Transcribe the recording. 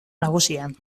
nagusian